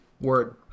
Word